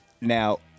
Now